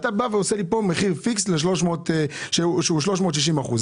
אתה בא ועושה לי כאן מחיר פיקס שהוא 360 אחוזים.